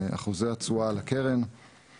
אחוזי התשואה על הקרן;